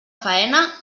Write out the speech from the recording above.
faena